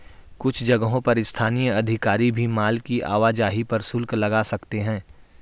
कुछ जगहों पर स्थानीय अधिकारी भी माल की आवाजाही पर शुल्क लगा सकते हैं